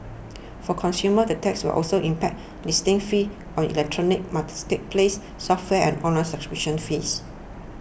for consumers the tax will also impact listing fees on electronic marketplaces software and online subscription fees